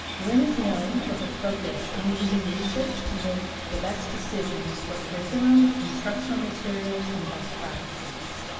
lynn is known for her focus on using research to make the best decisions for curriculum instructional materials and best practices.